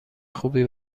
خوبی